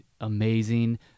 amazing